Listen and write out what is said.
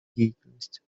деятельность